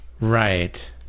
Right